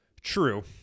true